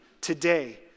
today